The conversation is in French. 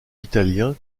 italien